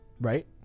Right